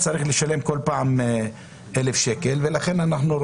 כל פעם 1,000 שקל,